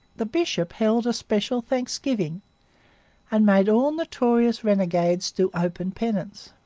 the bishop held a special thanksgiving and made all notorious renegades do open penance.